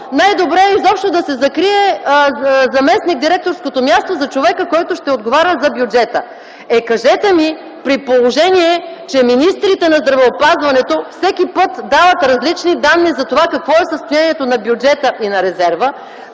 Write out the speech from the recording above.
най-добре е изобщо да се закрие заместник-директорското място за човека, който ще отговаря за бюджета. Е, кажете ми при положение, че министрите на здравеопазването всеки път дават различни данни за това какво е състоянието на бюджета и на резерва,